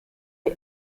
est